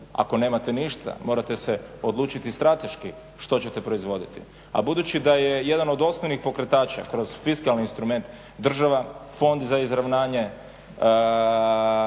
Ako nemate ništa morate se odlučiti strateški što ćete proizvoditi, a budući da je jedan od osnovnih pokretača kroz fiskalni instrument država, fond za izravnanje,